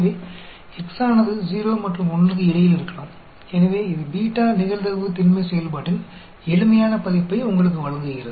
बेशक एक्सेल में भी एक BETADIST फ़ंक्शन है जैसा कि आप देख सकते हैं आप जानते हैं BETADIST x α β A B ये 4 पैरामीटर हैं